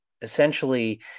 essentially